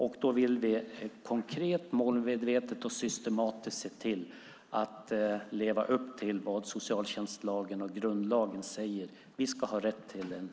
Därför vill vi konkret, målmedvetet och systematiskt leva upp till vad socialtjänstlagen och grundlagen säger. Vi ska ha rätt till boende.